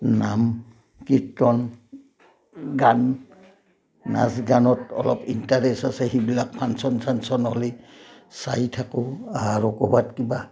নাম কীৰ্তন গান নাচ গানত অলপ ইণ্টাৰেষ্ট আছে সেইবিলাক ফাংচন চানচন হ'লে চাই থাকোঁ আৰু ক'ৰবাত কিবা